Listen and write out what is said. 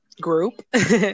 group